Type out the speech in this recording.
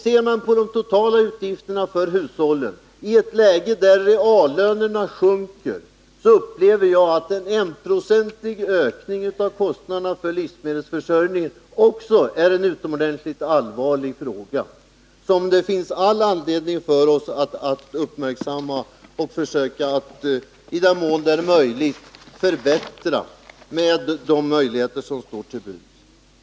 Ser jag på de totala utgifterna för hushållen i ett läge då reallönerna sjunker, upplever jag att en enprocentig ökning av kostnaden för livsmedelsförsörjningen är en utomordentligt allvarlig fråga, som det finns all anledning för oss att uppmärksamma, för att i den mån det går åstadkomma förbättringar, med de möjligheter som står till buds.